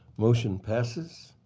motion passes.